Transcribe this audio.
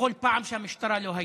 בכל פעם שהמשטרה לא הייתה.